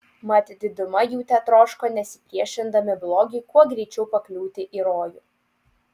mat diduma jų tetroško nesipriešindami blogiui kuo greičiau pakliūti į rojų